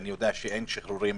אני יודע שאין שחרורים.